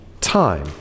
time